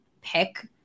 pick